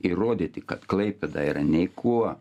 įrodyti kad klaipėda yra nei kuo